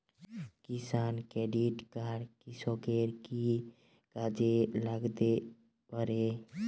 কিষান credit card কৃষকের কি কি কাজে লাগতে পারে?